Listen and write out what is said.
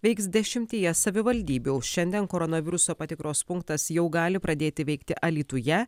veiks dešimtyje savivaldybių šiandien koronaviruso patikros punktas jau gali pradėti veikti alytuje